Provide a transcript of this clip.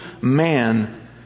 man